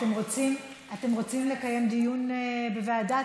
אתם רוצים לקיים דיון בוועדה?